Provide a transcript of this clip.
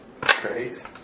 Great